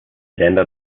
länder